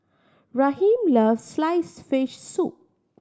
Raheem loves sliced fish soup